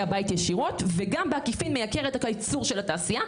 הבית ישירות וגם בעקיפין מייקר את הייצור של התעשייה,